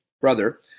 brother